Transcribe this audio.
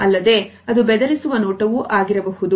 ಅಲ್ಲದೆ ಅದು ಬೆದರಿಸುವ ನೋಟವೂ ಆಗಿರಬಹುದು